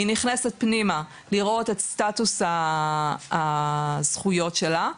היא נכנסת פנימה לראות את סטטוס הזכויות שלה.